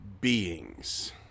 beings